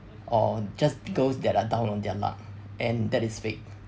or just girls that are down on their luck and that is fate